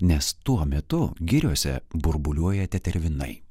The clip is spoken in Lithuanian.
nes tuo metu giriose burbuliuoja tetervinai